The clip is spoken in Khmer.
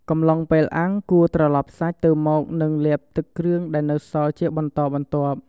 កំឡុងពេលអាំង គួរត្រឡប់សាច់ទៅមកនិងលាបទឹកគ្រឿងដែលនៅសល់ជាបន្តបន្ទាប់។